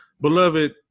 Beloved